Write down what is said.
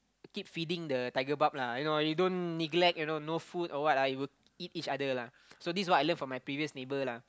keep feeding the tiger barb lah you know you don't neglect you know no food or what ah it will eat other lah so this is what I learn from my previous neighbour lah